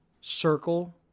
circle